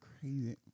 Crazy